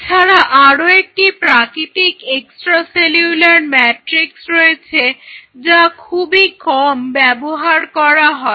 এছাড়া আরো একটি প্রাকৃতিক এক্সট্রা সেলুলার ম্যাট্রিক্স রয়েছে যা খুবই কম ব্যবহার করা হয়